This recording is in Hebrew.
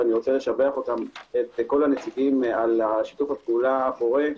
ואני רוצה לשבח את כל הנציגים על שיתוף הפעולה הפורה.